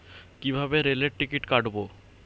কিভাবে রেলের টিকিট কাটব?